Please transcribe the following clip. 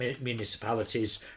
municipalities